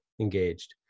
engaged